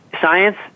science